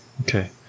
Okay